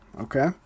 okay